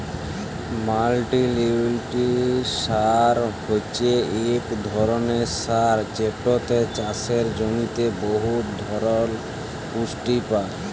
মাল্টিলিউটিরিয়েল্ট সার হছে ইক ধরলের সার যেটতে চাষের জমিতে বহুত ধরলের পুষ্টি পায়